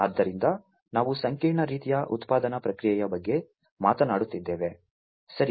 ಆದ್ದರಿಂದ ನಾವು ಸಂಕೀರ್ಣ ರೀತಿಯ ಉತ್ಪಾದನಾ ಪ್ರಕ್ರಿಯೆಯ ಬಗ್ಗೆ ಮಾತನಾಡುತ್ತಿದ್ದೇವೆ ಸರಿ